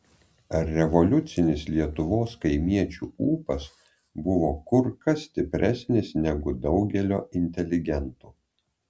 revoliucinis lietuvos kaimiečių ūpas buvo kur kas stipresnis negu daugelio inteligentų